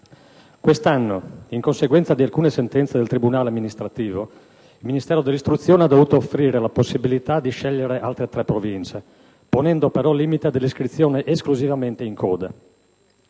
Quest'anno, in conseguenza di alcune sentenze del tribunale amministrativo, il Ministero dell'istruzione ha dovuto offrire la possibilità di scegliere altre tre Province, ponendo però il limite dell'iscrizione esclusivamente in coda.